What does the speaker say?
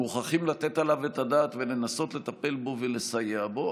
מוכרחים לתת עליו את הדעת ולנסות לטפל בו ולסייע בו,